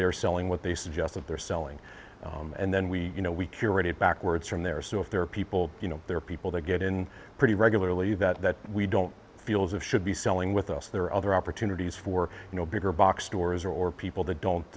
they are selling what they suggest that they're selling and then we you know we curate it backwards from there so if there are people you know there are people that get in pretty regularly that we don't feel as if should be selling with us there are other opportunities for you know bigger box stores or people that don't